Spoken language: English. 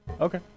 Okay